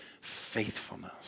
faithfulness